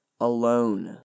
alone